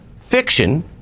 fiction